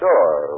Sure